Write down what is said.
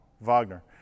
Wagner